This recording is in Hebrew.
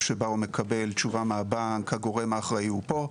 שבה הוא מקבל תשובה מהבנק: "הגורם האחראי הוא פה".